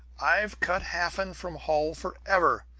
i've cut hafen from holl forever!